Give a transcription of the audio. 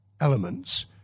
elements